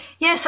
Yes